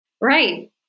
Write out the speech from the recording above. Right